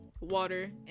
water